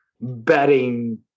betting